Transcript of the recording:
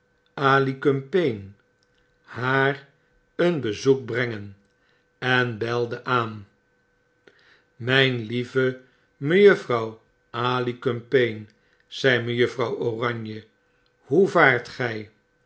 haar een bezoek brengen en belde aan mijn lieve mejuffrouw alicumpaine zei mejuffrouw oranje hoe vaart gij